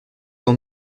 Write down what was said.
sans